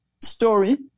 story